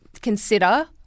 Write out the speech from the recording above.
consider